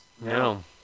No